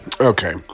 Okay